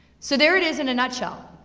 so there it is in a nutshell.